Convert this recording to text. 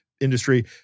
industry